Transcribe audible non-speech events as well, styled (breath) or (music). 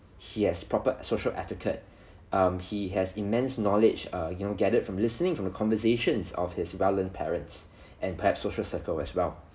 he has proper social etiquette (breath) um he has immense knowledge uh you know gathered from listening from the conversations of his well learned parents (breath) and perhaps social circle as well